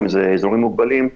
אם זה אזורים מוגבלים,